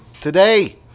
today